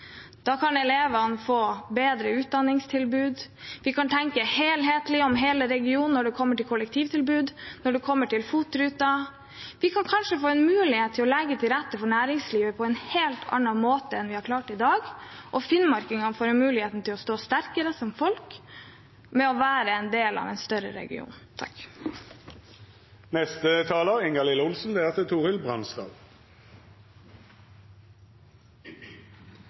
Da kan elevene få bedre utdanningstilbud. Vi kan tenke helhetlig om hele regionen når det gjelder kollektivtilbud, og når det gjelder FOT-ruter. Vi kan kanskje få en mulighet til å legge til rette for næringslivet på en helt annen måte enn vi har klart til i dag, og finnmarkingene får muligheten til å stå sterkere som folk ved å være en del av en større region.